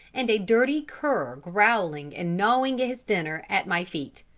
and a dirty cur growling and gnawing his dinner at my feet.